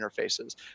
interfaces